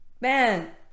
Man